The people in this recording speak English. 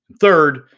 Third